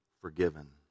forgiven